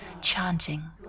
chanting